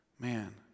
Man